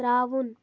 ترٛاوُن